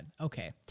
Okay